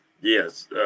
Yes